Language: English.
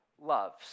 loves